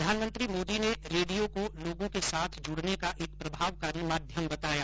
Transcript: प्रधानमंत्री मोदी ने रेडियो को लोगों के साथ जुड़ने का एक प्रभावकारी माध्यम बताया